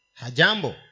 hajambo